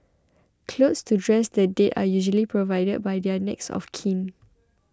clothes to dress the dead are usually provided by their next of kin